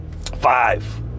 Five